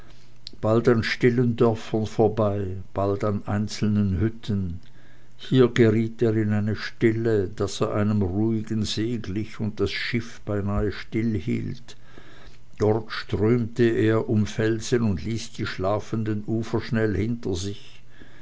bald auf stillen dörfern vorbei bald an einzelnen hütten hier geriet er in eine stille daß er einem ruhigen see glich und das schiff beinah stillhielt dort strömte er um felsen und ließ die schlafenden ufer schnell hinter sich